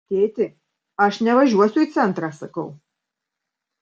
tėti aš nevažiuosiu į centrą sakau